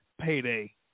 payday